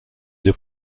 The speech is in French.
deux